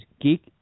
geek